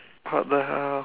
what the hell